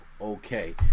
okay